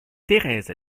thérèse